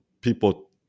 people